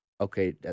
okay